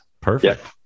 Perfect